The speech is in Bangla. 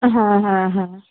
হ্যাঁ হ্যাঁ হ্যাঁ